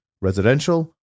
residential